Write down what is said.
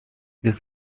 this